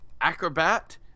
Acrobat